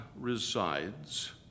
resides